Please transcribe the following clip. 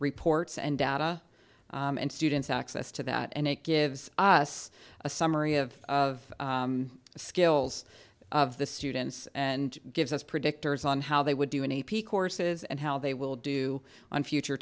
reports and data and students access to that and it gives us a summary of of the skills of the students and gives us predictors on how they would do in a p courses and how they will do on future